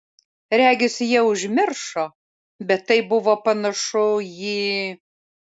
regis jie užmiršo bet tai buvo panašu į